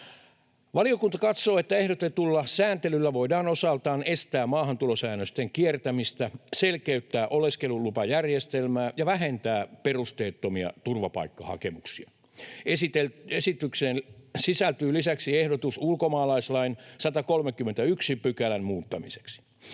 Valiokunta katsoo, että ehdotetulla sääntelyllä voidaan osaltaan estää maahantulosäännösten kiertämistä, selkeyttää oleskelulupajärjestelmää ja vähentää perusteettomia turvapaikkahakemuksia. Esitykseen sisältyy lisäksi ehdotus ulkomaalaislain 131 §:n muuttamiseksi,